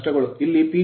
ಇಲ್ಲಿ PG 16